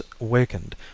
awakened